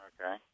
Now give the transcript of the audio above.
Okay